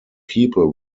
people